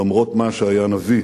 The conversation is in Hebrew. למרות מה שהיה נביא.